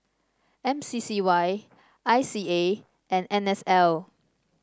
M C C Y I C A and N S L